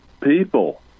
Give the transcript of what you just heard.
people